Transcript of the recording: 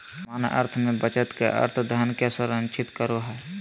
सामान्य अर्थ में बचत के अर्थ धन के संरक्षित करो हइ